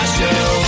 Show